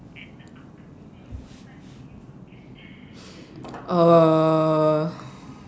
uh